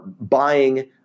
buying